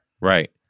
Right